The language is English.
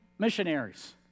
Missionaries